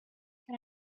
can